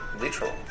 literal